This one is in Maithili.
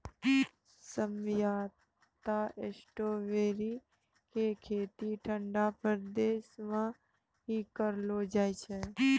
सामान्यतया स्ट्राबेरी के खेती ठंडा प्रदेश मॅ ही करलो जाय छै